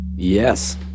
Yes